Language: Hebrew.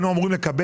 אני אתחיל